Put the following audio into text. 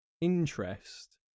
interest